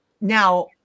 now